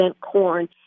corn